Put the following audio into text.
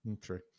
True